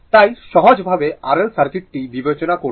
তাই সহজভাবে R L circuit বিবেচনা করুন